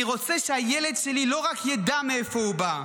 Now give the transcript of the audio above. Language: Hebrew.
אני רוצה שהילד שלי לא רק ידע מאיפה הוא בא,